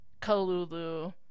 Kalulu